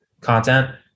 content